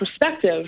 perspective